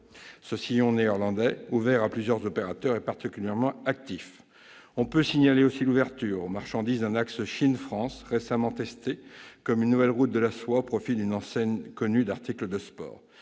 Ce sillon néerlandais ouvert à plusieurs opérateurs est particulièrement actif. On peut signaler aussi l'ouverture aux marchandises d'un axe Chine-France, nouvelle route de la soie, récemment testée au profit d'une enseigne connue d'articles de sport.